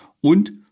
und